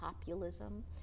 populism